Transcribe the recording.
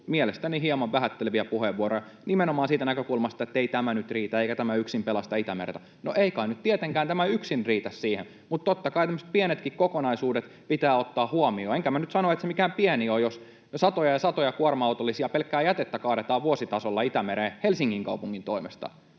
mielestäni hieman vähätteleviä puheenvuoroja nimenomaan siitä näkökulmasta, ettei tämä nyt riitä eikä tämä yksin pelasta Itämerta. No ei kai nyt tietenkään tämä yksin riitä siihen, mutta totta kai tämmöiset pienetkin kokonaisuudet pitää ottaa huomioon. Enkä minä nyt sano, että se mikään pieni on: jos me satoja ja satoja kuorma-autollisia pelkkää jätettä kaadetaan vuositasolla Itämereen Helsingin kaupungin toimesta,